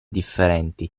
differenti